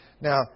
Now